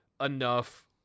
enough